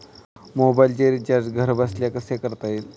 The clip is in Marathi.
मोबाइलचे रिचार्ज घरबसल्या कसे करता येईल?